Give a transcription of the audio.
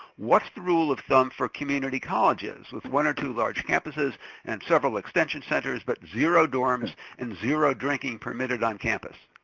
what's the rule of thumb for community colleges with one or two large campuses and several extension centers, but zero dorms and zero drinking permitted on campus?